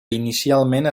inicialment